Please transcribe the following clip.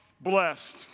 blessed